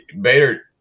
Bader